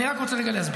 אני רק רוצה רגע להסביר.